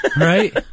right